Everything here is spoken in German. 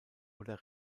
oder